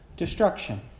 Destruction